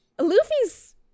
Luffy's